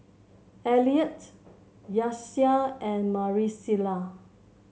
Eliot Nyasia and Marisela